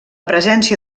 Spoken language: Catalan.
presència